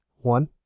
One